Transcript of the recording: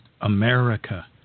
America